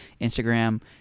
Instagram